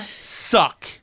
suck